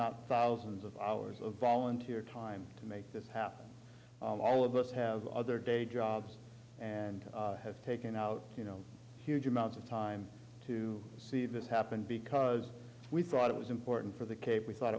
not thousands of hours of volunteer time to make this happen all of us have other day jobs and have taken out huge amounts of time to see this happen because we thought it was important for the cape we thought